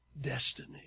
destiny